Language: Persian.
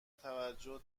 توجه